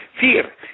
Fear